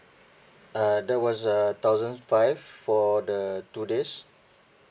uh that was a thousand five for the two days